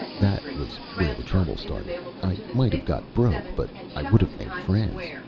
that was where the trouble started. i might have got broke, but i would've made friends.